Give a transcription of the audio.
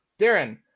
Darren